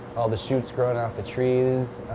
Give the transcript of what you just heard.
ppall the shoots growing off the trees.